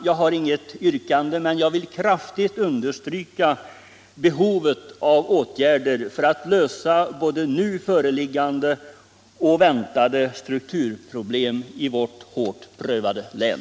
Jag har inget yrkande men vill kraftigt understryka behovet av åtgärder för att lösa både nu föreliggande och väntade strukturproblem i vårt hårt prövade län.